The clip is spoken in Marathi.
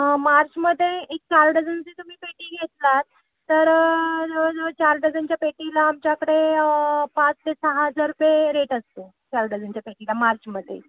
मार्चमध्ये एक चार डझनची तुम्ही पेटी घेतलात तर चार डझनच्या पेटीला आमच्याकडे पाच ते सहा हजार रुपये रेट असतो चार डझनच्या पेटीला मार्चमध्ये